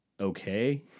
okay